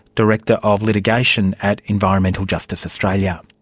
director of litigation at environmental justice australian. um